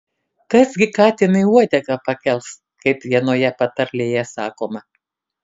kas gi katinui uodegą pakels kaip vienoje patarlėje sakoma